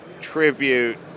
Tribute